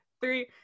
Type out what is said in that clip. three